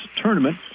Tournament